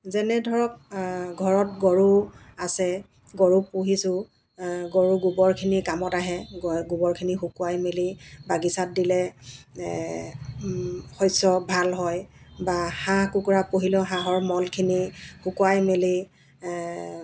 যেনে ধৰক ঘৰত গৰু আছে গৰু পুহিছোঁ গৰুৰ গোবৰখিনি কামত আহে গৰু গোবৰখিনি শুকুৱাই মেলি বাগিছাত দিলে শস্য ভাল হয় বা হাঁহ কুকুৰা পুহিলেও হাঁহৰ মলখিনি শুকুৱাই মেলি